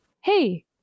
hey